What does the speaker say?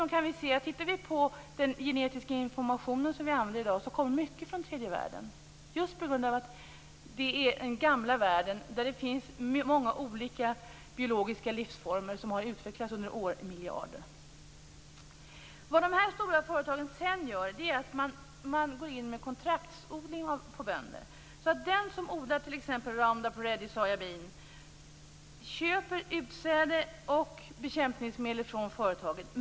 Mycket av den genetiska information som vi använder oss av i dag kommer från den tredje världen just på grund av att det är en gammal värld där det finns många olika biologiska livsformer som har utvecklats under miljarder år. Vad dessa stora företag sedan gör är att de träffar uppgörelse med bönderna om kontraktsodling. Den som odlar en viss sorts bönor köper utsäde och bekämpningsmedel från företaget.